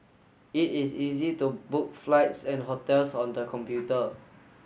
it is easy to book flights and hotels on the computer